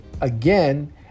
again